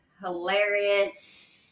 hilarious